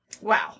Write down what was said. Wow